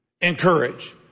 encourage